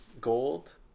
gold